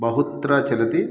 बहुत्र चलति